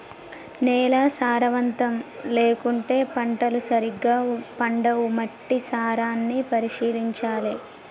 నేల సారవంతం లేకుంటే పంటలు సరిగా పండవు, మట్టి సారాన్ని పరిశీలించాలె